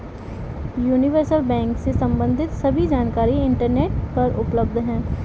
universal bank से सम्बंधित सभी जानकारी इंटरनेट पर उपलब्ध है